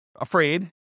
Afraid